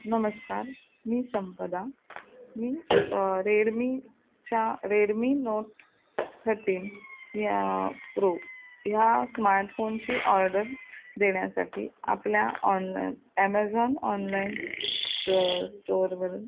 नमस्कार मी संपदा मी रेडमीच्या रेडमी नोट थर्टीन या प्रो ह्या स्मार्टफोनची ऑर्डर देण्यासाठी आपल्या ऑनलायन ॲमेझॉन ऑनलाईन स्टो स्टोअरवरून